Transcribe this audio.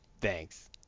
Thanks